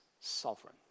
Sovereign